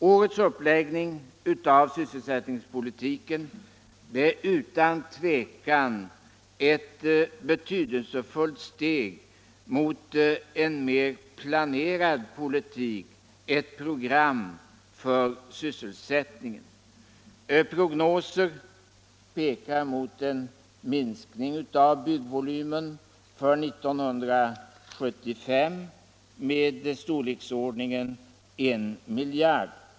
Årets uppläggning av sysselsättningspolitiken är utan tvivel ett betydelsefullt steg mot en mer planerad politik — ett program för sysselsättningen. Prognoser pekar mot en minskning av byggvolymen för 1975 i storleksordningen 1 miljard.